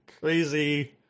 crazy